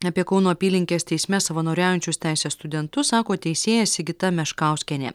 apie kauno apylinkės teisme savanoriaujančius teisės studentus sako teisėja sigita meškauskienė